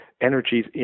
energies